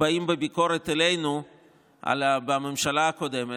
באים בביקורת אלינו בממשלה הקודמת,